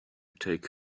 take